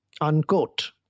Unquote